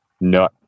no